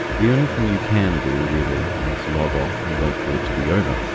the only thing you can do, really, is log off and wait for it to be over.